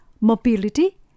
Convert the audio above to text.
mobility